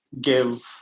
give